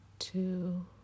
Two